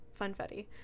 Funfetti